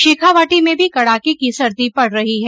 शेखावाटी में भी कड़ाके की सर्दी पड रही है